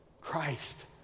Christ